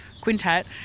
quintet